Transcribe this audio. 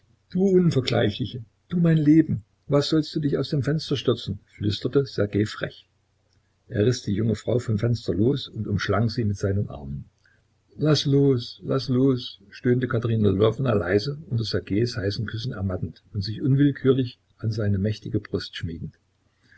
du unvergleichliche du mein leben was sollst du dich aus dem fenster stürzen flüsterte ssergej frech er riß die junge frau vom fenster los und umschlang sie mit seinen armen laß los laß los stöhnte katerina lwowna leise unter ssergejs heißen küssen ermattend und sich unwillkürlich an seine mächtige brust schmiegend